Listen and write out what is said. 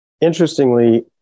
Interestingly